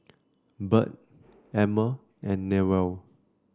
Burt Emmer and Newell